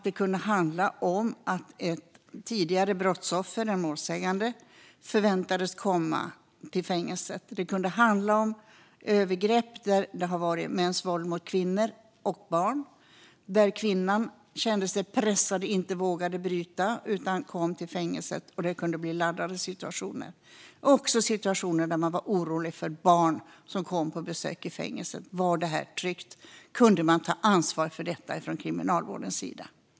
Det kunde handla om att ett tidigare brottsoffer, en målsägande, förväntades komma till fängelset. Det kunde ha varit fråga om övergrepp där det har varit mäns våld mot kvinnor och barn, och där kvinnan känt sig pressad och inte vågat bryta upp utan kom till fängelset. Det kunde då bli laddade situationer. Det kunde även vara situationer där man var orolig för barn som kom på besök till fängelset. Var det tryggt, och kunde man ta ansvar för detta från kriminalvårdens sida?